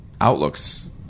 outlooks